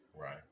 right